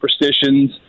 superstitions